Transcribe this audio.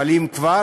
אבל אם כבר,